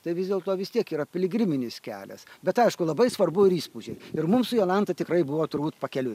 tai vis dėlto vis tiek yra piligriminis kelias bet aišku labai svarbu ir įspūdžiai ir mum su jolanta tikrai buvo turbūt pakeliui